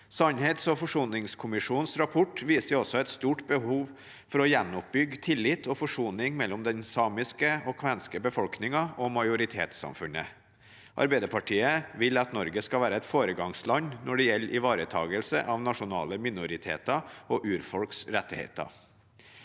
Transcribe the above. Sannhets- og forsoningskommisjonens rapport viser også et stort behov for å gjenoppbygge tillit og skape forsoning mellom den samiske og kvenske befolkningen og majoritetssamfunnet. Arbeiderpartiet vil at Norge skal være et foregangsland når det gjelder ivaretagelse av nasjonale minoriteter og urfolks rettigheter.